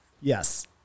yes